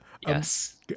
Yes